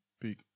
Big